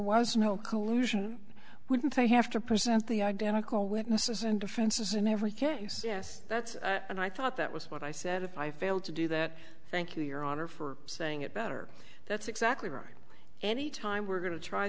was no collusion wouldn't they have to present the identical witnesses and differences in every can't use yes that's and i thought that was what i said if i failed to do that thank you your honor for saying it better that's exactly right any time we're going t